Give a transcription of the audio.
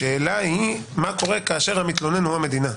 השאלה היא מה קורה כאשר המתלונן הוא המדינה.